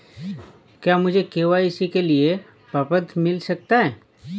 क्या मुझे के.वाई.सी के लिए प्रपत्र मिल सकता है?